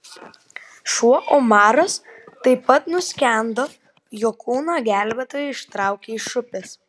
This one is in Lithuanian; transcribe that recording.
šuo omaras taip pat nuskendo jo kūną gelbėtojai ištraukė iš upės